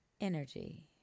energy